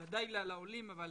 זה כל הוועדה, אני